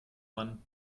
man